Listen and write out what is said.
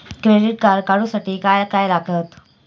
Credit card काढूसाठी काय काय लागत?